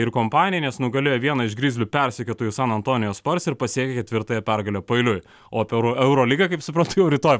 ir kompanija nes nugalėjo vieną iš grizlių persekiotojų san antonijaus spurs ir pasiekė ketvirtąją pergalę paeiliui o apie euro eurolygą kaip supratantu jau rytoj